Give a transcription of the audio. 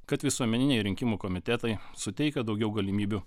kad visuomeniniai rinkimų komitetai suteikia daugiau galimybių